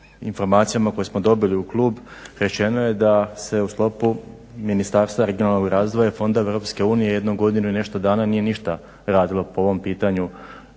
informacijama koje smo dobili u klub rečeno je da se u sklopu Ministarstva regionalnog razvoja i fondova EU jedno godinu i nešto dana nije ništa radilo po ovom pitanju